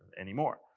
anymore.